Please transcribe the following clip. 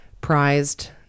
prized